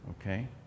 Okay